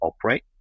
operate